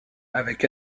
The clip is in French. avec